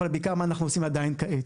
אבל בעיקר מה אנחנו עדיין עושים כעת.